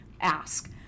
ask